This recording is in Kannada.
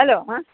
ಹಲೋ ಹಾಂ